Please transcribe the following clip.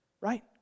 Right